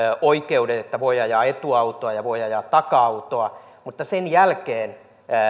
oikeudet että voi ajaa etuautoa ja voi ajaa taka autoa mutta sen jälkeen